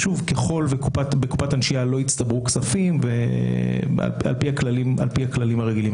ככל ובקופה לא יצטברו כספים על פי הכללים הרגילים,